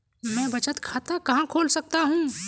मैं बचत खाता कहाँ खोल सकता हूँ?